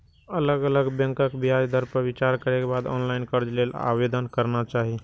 अलग अलग बैंकक ब्याज दर पर विचार करै के बाद ऑनलाइन कर्ज लेल आवेदन करना चाही